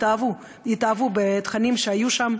התאהבו בתכנים שהיו שם,